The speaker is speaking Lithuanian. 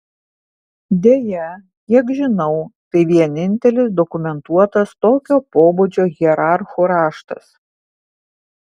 deja kiek žinau tai vienintelis dokumentuotas tokio pobūdžio hierarchų raštas